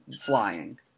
flying